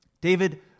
David